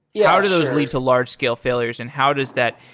yeah how do those lead to large scale failures, and how does that,